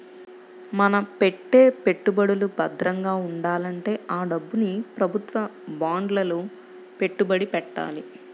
మన పెట్టే పెట్టుబడులు భద్రంగా ఉండాలంటే ఆ డబ్బుని ప్రభుత్వ బాండ్లలో పెట్టుబడి పెట్టాలి